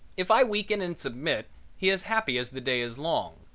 if i weaken and submit he is happy as the day is long.